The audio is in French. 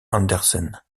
andersen